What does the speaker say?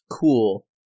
Cool